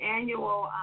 annual